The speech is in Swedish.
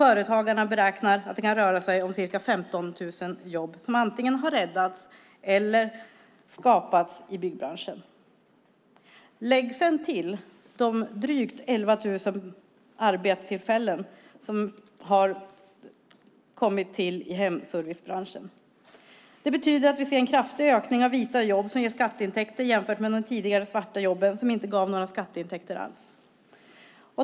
Företagarna beräknar att det kan röra sig om ca 15 000 jobb som antingen har räddats eller skapats i byggbranschen. Lägg sedan till de drygt 11 000 arbetstillfällen som har kommit till i hemservicebranschen. Det betyder att vi ser en kraftig ökning av vita jobb som ger skatteintäkter jämfört med de tidigare svarta jobben som inte gav några skatteintäkter alls.